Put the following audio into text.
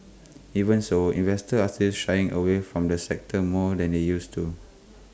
even so investors are still shying away from the sector more than they used to